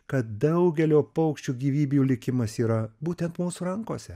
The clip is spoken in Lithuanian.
kad daugelio paukščių gyvybių likimas yra būtent mūsų rankose